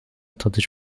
tadiç